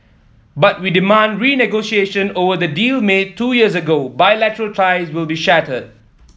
but we demand renegotiation over the deal made two years ago bilateral ties will be shattered